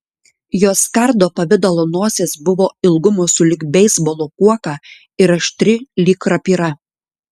jos kardo pavidalo nosis buvo ilgumo sulig beisbolo kuoka ir aštri lyg rapyra